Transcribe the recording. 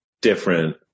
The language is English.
different